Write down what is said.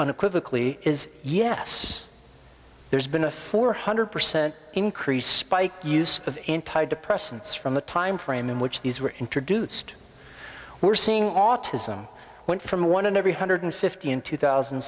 unequivocal is yes there's been a four hundred percent increase spike use of antidepressants from the time frame in which these were introduced we're seeing autism went from one in every hundred fifty in two thousand